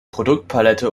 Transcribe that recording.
produktpalette